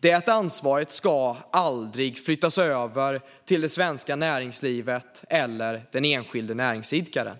Det ansvaret ska aldrig flyttas över till det svenska näringslivet eller den enskilde näringsidkaren.